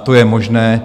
To je možné.